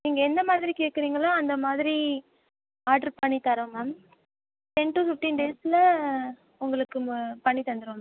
நீங்கள் எந்த மாதிரி கேட்க்குறீங்களோ அந்த மாதிரி ஆட்ரு பண்ணி தரோம் மேம் டென் டூ ஃபிஃப்ட்டின் டேஸ்ஸில் உங்களுக்கு மு பண்ணி தந்துருவோம் மேம்